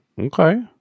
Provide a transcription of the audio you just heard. Okay